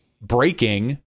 breaking